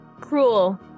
cruel